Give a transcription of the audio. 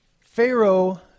Pharaoh